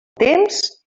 temps